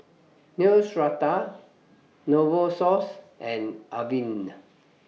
Neostrata Novosource and Avene